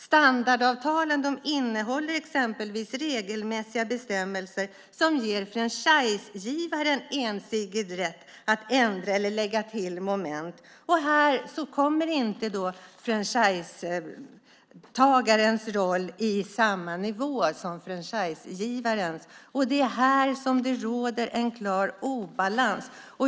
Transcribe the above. Standardavtalen innehåller exempelvis regelmässiga bestämmelser som ger franchisegivaren ensidigt rätt att ändra eller lägga till moment. Här kommer inte franchisetagarens roll i samma nivå som franchisegivarens. Det är här som det råder en klar obalans.